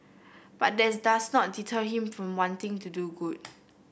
but that does not deter him from wanting to do good